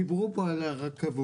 דיברו פה על הרכבות.